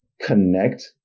connect